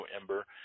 Ember